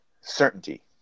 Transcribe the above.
certainty